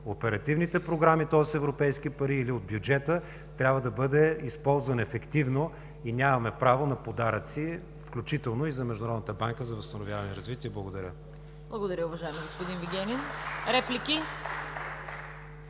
оперативните програми, тоест европейски пари, или от бюджета, трябва да бъде използван ефективно и нямаме право на подаръци, включително и за Международната банка за възстановяване и развитие. Благодаря. ПРЕДСЕДАТЕЛ ЦВЕТА КАРАЯНЧЕВА: Благодаря, уважаеми господин Вигенин.